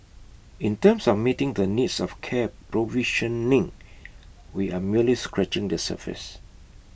in terms of meeting the needs of care provisioning we are merely scratching the surface